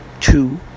two